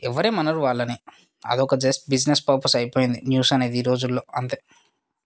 ఎవరేమి అనరు వాళ్ళని అదొక జస్ట్ బిజినెస్ పర్పస్ అయిపోయింది న్యూస్ అనేది ఈరోజుల్లో అంతే